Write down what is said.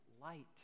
light